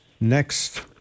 next